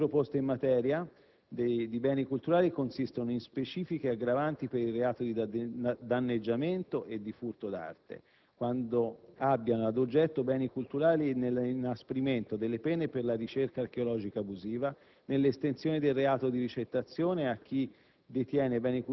Le innovazioni proposte in materia di beni culturali consistono in specifiche aggravanti per il reato di danneggiamento e di furto d'arte quando abbiano ad oggetto beni culturali nell'inasprimento delle pene per la ricerca archeologica abusiva, nell'estensione del reato di ricettazione a chi